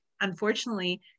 Unfortunately